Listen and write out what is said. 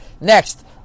Next